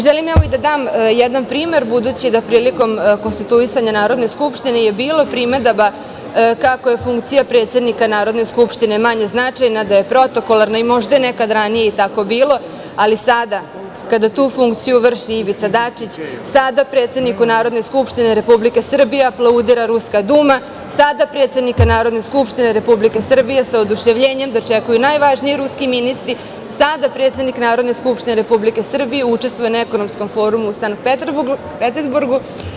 Želim da dam jedan primer, budući da prilikom konstituisanja Narodne skupštine je bilo primedaba kako je funkcija predsednika Narodne skupštine manje značajna, da je protokoralna i možda je nekada ranije tako bilo, ali sada kada tu funkciju vrši Ivica Dačić, sada predsedniku Skupštine Republike Srbije aplaudira ruska Duma, sada predsednika Narodne skupštine Republike Srbije sa oduševljenjem dočekuju najvažniji ruski ministri, sada predsednik Narodne skupštine Republike Srbije učestvuje na ekonomskom formu u Sankt Petersburgu.